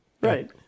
Right